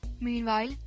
Meanwhile